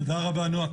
תודה רבה, נועה.